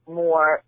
more